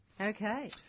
Okay